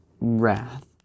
wrath